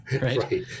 Right